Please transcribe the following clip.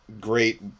great